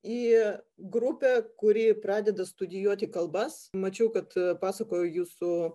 į grupę kuri pradeda studijuoti kalbas mačiau kad pasakojo jūsų